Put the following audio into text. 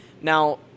Now